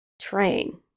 train